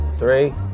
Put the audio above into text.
Three